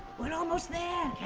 we're almost there!